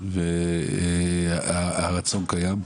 והרצון קיים.